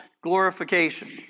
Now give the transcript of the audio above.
glorification